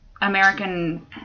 American